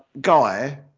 guy